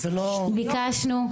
ביקשנו.